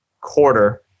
quarter